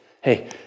hey